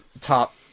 top